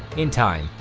in time,